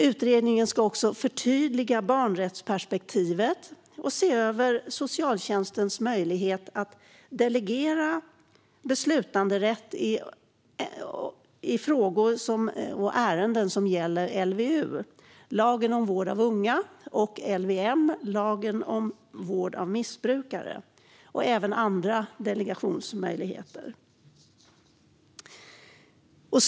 Utredningen ska också förtydliga barnrättsperspektivet och se över socialtjänstens möjlighet att delegera beslutanderätt i frågor och ärenden som gäller LVU, lagen om vård av unga, och LVM, lagen om vård av missbrukare, samt även andra delegationsmöjligheter.